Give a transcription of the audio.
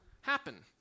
happen